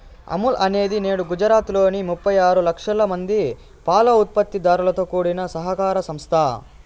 అమూల్ అనేది నేడు గుజరాత్ లోని ముప్పై ఆరు లక్షల మంది పాల ఉత్పత్తి దారులతో కూడిన సహకార సంస్థ